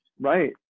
Right